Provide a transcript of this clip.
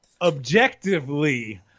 objectively